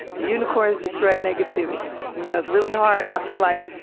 unicorns destroy negativity. y'know, it's really hard, i feel like,